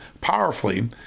powerfully